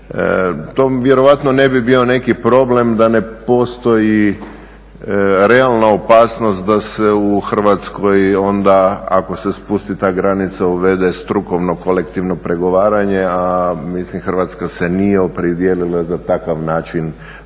To vjerojatno ne bi bio neki problem da ne postoji realna opasnost da se u Hrvatskoj onda ako se spusti ta granica uvede strukovno kolektivno pregovaranje, a Hrvatska se nije opredijelila za takav način